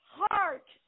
heart